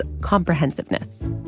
comprehensiveness